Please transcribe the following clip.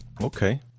Okay